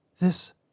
This